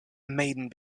maiden